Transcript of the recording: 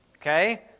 Okay